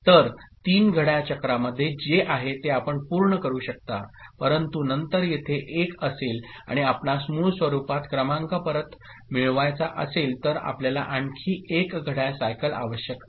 तर तीन घड्याळ चक्रामध्ये जे आहे ते आपण पूर्ण करू शकता परंतु नंतर येथे 1 असेल आणि आपणास मूळ स्वरूपात क्रमांक परत मिळवायचा असेल तर आपल्याला आणखी एक घड्याळ सायकल आवश्यक आहे